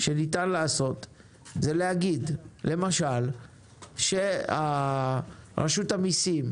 שניתן לעשות זה להגיד למשל שרשות המיסים,